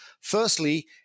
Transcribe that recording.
Firstly